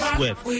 Swift